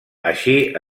així